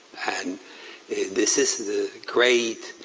and this is the great